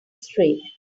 straight